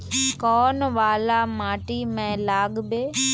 कौन वाला माटी में लागबे?